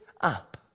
up